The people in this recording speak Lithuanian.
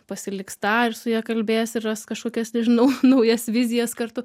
pasiliks tą ir su ja kalbėjęs ir ras kažkokias nežinau naujas vizijas kartu